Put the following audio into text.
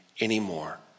anymore